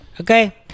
okay